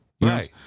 Right